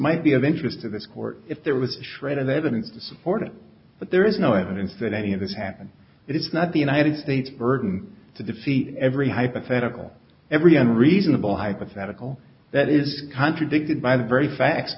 might be of interest to this court if there was a shred of evidence to support it but there is no evidence that any of this happened it's not the united states burden to defeat every hypothetical every on reasonable hypothetical that is contradicted by the very fa